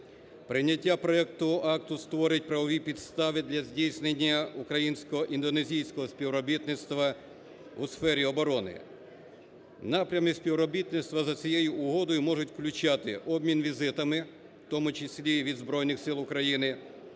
Прийняття проекту акту створить правові підстави для здійснення українсько-індонезійського співробітництва у сфері оборони. Напрями співробітництва за цією угодою можуть включати обмін візитами, в тому числі від Збройних Сил України,